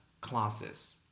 classes